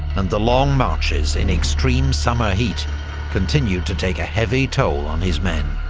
and the long marches in extreme, summer heat continued to take a heavy toll on his men.